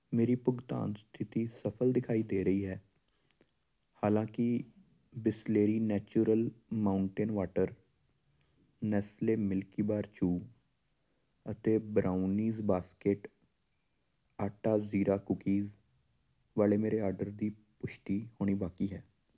ਮੇਰੀ ਭੁਗਤਾਨ ਸਥਿਤੀ ਸਫਲ ਦਿਖਾਈ ਦੇ ਰਹੀ ਹੈ ਹਾਲਾਂਕਿ Bisleri natural mountain water Nestle Milkybar chew ਅਤੇ brownies basket atta jeera cookies ਵਾਲੇ ਮੇਰੇ ਆਰਡਰ ਦੀ ਪੁਸ਼ਟੀ ਹੋਣੀ ਬਾਕੀ ਹੈ